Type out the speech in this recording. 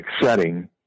setting